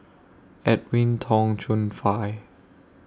Edwin Tong Chun Fai